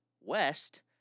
West